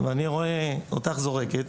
ואני רואה אותך זורקת,